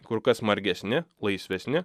kur kas margesni laisvesni